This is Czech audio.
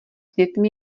dětmi